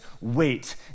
wait